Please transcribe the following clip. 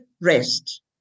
rest